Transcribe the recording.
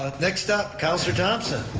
ah next up, councilor thomson.